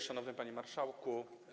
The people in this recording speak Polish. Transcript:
Szanowny Panie Marszałku!